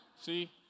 See